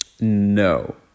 No